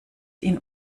ihn